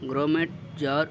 gourmet jar